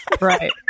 Right